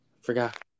forgot